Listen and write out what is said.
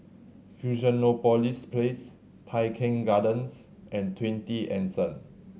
Fusionopolis Place Tai Keng Gardens and Twenty Anson